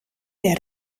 der